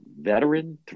veteran